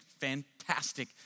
fantastic